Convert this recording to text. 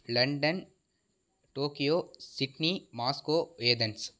London Tokyo Sydney Moscow Athens